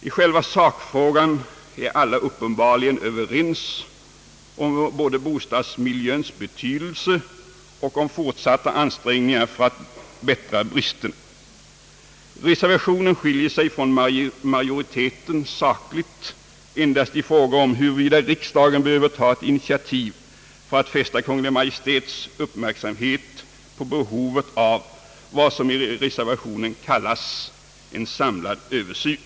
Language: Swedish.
I själva sakfrågan är alla uppenbarligen överens, både om bostadsmiljöns betydelse och om fortsatta ansträngningar för att förbättra de bristfälliga förhållanden som råder. Reservationen skiljer sig från majoriteten sakligt endast i frågan om huruvida riksdagen behöver ta ett initiativ för att fästa Kungl. Maj:ts uppmärksamhet på behovet av vad som i reservationen kallas »en samlad översyn».